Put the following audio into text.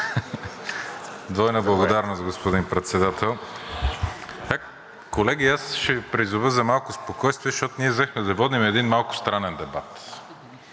Двойна благодарност, господин Председател. Колеги, ще Ви призова за малко спокойствие, защото ние взехме да водим един малко странен дебат.